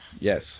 Yes